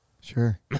Sure